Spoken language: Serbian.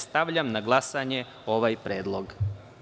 Stavljam na glasanje ovaj predlog.